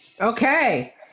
okay